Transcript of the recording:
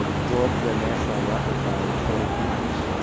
um broke the national record by twenty pounds.